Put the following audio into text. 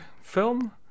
film